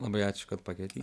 labai ačiū kad pakvietei